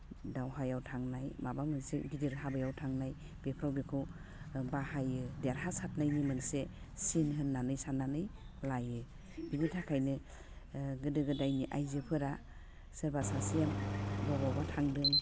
दावहायाव थांनाय माबा मोनसे गिदिर हाबायाव थांनाय बेफोराव बेखौ बाहायो देरहासाथनायनि मोनसे सिन होननानै साननानै लायो बिनि थाखायनो गोदो गोदायनि आइजोफोरा सोरबा सासेया बबावबा थांदों